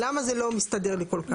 למה זה לא מסתדר לי כל כך?